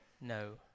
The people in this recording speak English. no